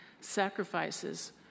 sacrifices